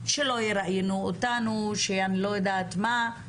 שלא יראיינו אותנו, שאני לא יודעת מה.